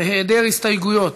בהיעדר הסתייגויות,